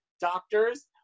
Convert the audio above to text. doctors